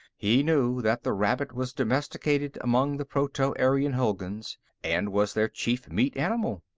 he knew that the rabbit was domesticated among the proto-aryan hulguns and was their chief meat animal.